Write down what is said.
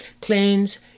Cleanse